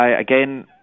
Again